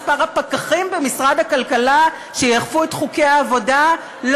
הפקחים במשרד הכלכלה שיאכפו את חוקי העבודה?